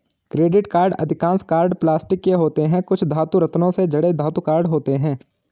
credit card अधिकांश card plastic के होते हैं, कुछ धातु, रत्नों से जड़े धातु कार्ड होते हैं